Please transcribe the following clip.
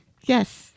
Yes